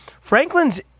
Franklin's